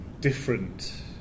different